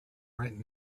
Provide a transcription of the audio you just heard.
right